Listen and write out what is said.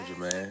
man